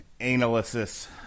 analysis